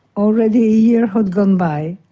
already a year had gone by,